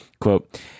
Quote